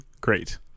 great